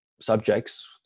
subjects